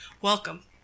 Welcome